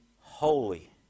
holy